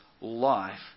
life